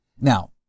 Now